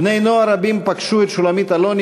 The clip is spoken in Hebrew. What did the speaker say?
בני-נוער רבים פגשו את שולמית אלוני